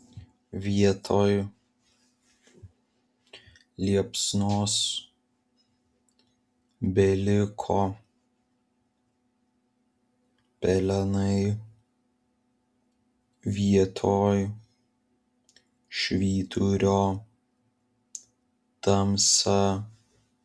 vietoj liepsnos beliko pelenai vietoj švyturio tamsa